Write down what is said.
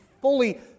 fully